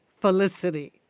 Felicity